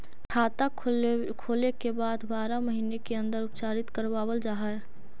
खाता खोले के बाद बारह महिने के अंदर उपचारित करवावल जा है?